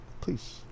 please